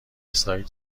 اسرائیل